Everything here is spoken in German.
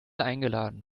eingeladen